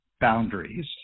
boundaries